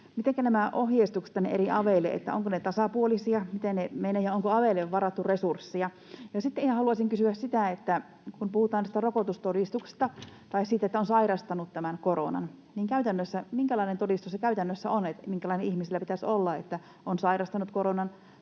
ovatko nämä ohjeistukset eri aveille tasapuolisia, miten ne menevät, ja onko aveille varattu resursseja? Sitten ihan haluaisin kysyä sitä, että kun puhutaan rokotustodistuksesta tai siitä, että on sairastanut koronan, niin minkälainen todistus se käytännössä on, minkälainen ihmisillä pitäisi olla, että on sairastanut koronan